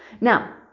Now